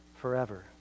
forever